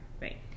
Right